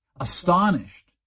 astonished